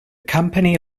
company